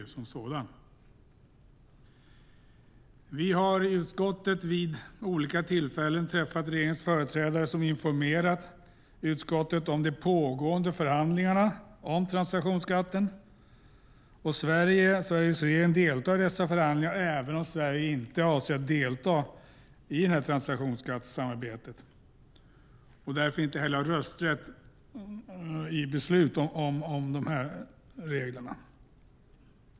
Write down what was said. Vi har i utskottet vid olika tillfällen träffat regeringens företrädare som informerat utskottet om de pågående förhandlingarna om transaktionsskatten. Sveriges regering deltar i dessa förhandlingar även om Sverige inte avser att delta i transaktionsskattesamarbetet och därför inte heller har rösträtt i beslut om dessa regler.